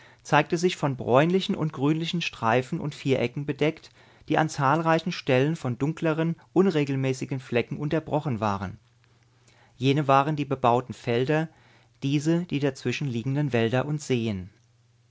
zeigte sich von bräunlichen und grünlichen streifen und vierecken bedeckt die an zahlreichen stellen von dunkleren unregelmäßigen flecken unterbrochen waren jene waren die bebauten felder diese die dazwischen liegenden wälder und seen